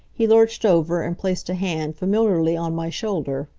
he lurched over and placed a hand familiarly on my shoulder.